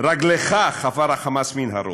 רגליך חפר ה"חמאס" מנהרות.